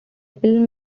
film